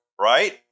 right